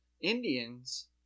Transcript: Indians